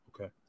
Okay